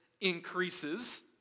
increases